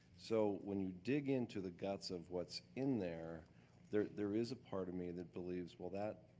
so when you dig into the guts of what's in there, there there is a part of me that believes, well that,